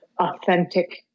authentic